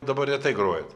dabar retai grojat